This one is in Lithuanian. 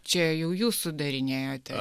čia jau jūs sudarinėjote